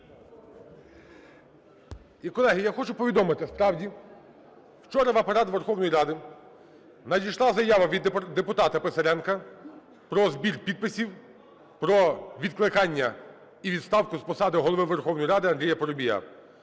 колеги, я хочу повідомити, справді, вчора в Апарат Верховної Ради надійшла заява від депутата Писаренка про збір підписів про відкликання і відставку з посади Голови Верховної Ради Андрія Парубія.